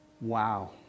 Wow